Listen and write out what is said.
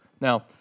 Now